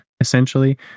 essentially